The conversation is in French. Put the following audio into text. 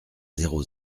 zéro